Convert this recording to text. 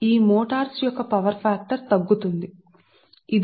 ఈ మోటార్లు యొక్క పవర్ ఫాక్టర్ లోడ్ తగ్గడంతో తక్కువ అవుతాయి